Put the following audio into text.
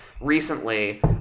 recently